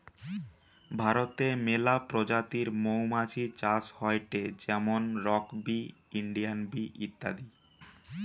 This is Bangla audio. ভারতে মেলা প্রজাতির মৌমাছি চাষ হয়টে যেমন রক বি, ইন্ডিয়ান বি ইত্যাদি